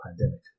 Pandemic